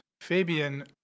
Fabian